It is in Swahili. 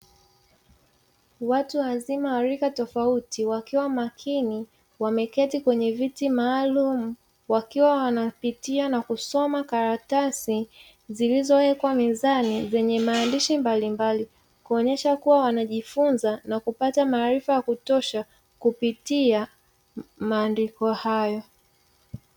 Watu wazima waarika tofauti wakiwa makini wameketi kwenye viti maalum wakiwa wanapitia na kusoma karatasi zilizowekwa mezani zenye maandishi mbalimbali kuonyesha kuwa wanajifunza na kupata maarifa ya kutosha kupitia maandiko hayo